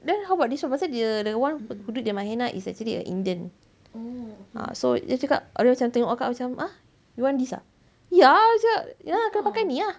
then how about this [one] pasal dia that [one] who did my henna is actually a indian ah so dia cakap dia macam tengok kakak macam ah you want this ah ya ah cakap ya lah kena pakai ni ah